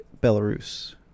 Belarus